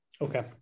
Okay